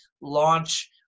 launch